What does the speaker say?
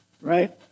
right